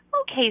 Okay